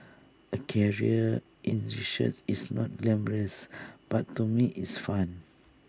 A career in researches is not glamorous but to me it's fun